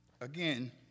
Again